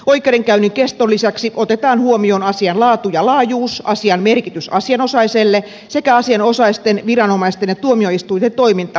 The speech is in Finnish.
oikeudenkäynnin keston lisäksi otetaan huomioon asian laatu ja laajuus asian merkitys asianosaiselle sekä asianosaisten viranomaisten ja tuomioistuinten toiminta oikeudenkäynnissä